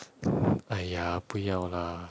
!aiya! 不要 lah